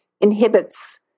inhibits